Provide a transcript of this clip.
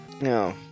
No